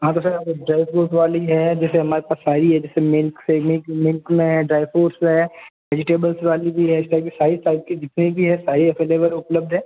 हाँ तो sir dry fruit वाली है जैसे हमारे पास सारी हैं जैसे मिल्क से मिल्क मिल्क में ड्राई फ्रूट्स है वेजिटेबल्स वाली भी हैं इस टाइप की सारी टाइप की जितनी भी हैं सारी अवलेबल उपलब्ध है